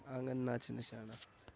آنگن ناچ نچانا